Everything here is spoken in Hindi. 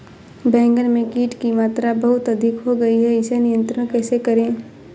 बैगन में कीट की मात्रा बहुत अधिक हो गई है इसे नियंत्रण कैसे करें?